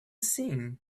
thing